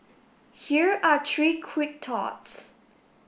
here are three quick thoughts